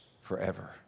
forever